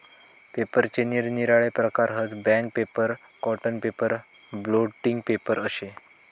पेपराचे निरनिराळे प्रकार हत, bank paper, cotton paper, blotting paper अशे